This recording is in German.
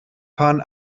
fahren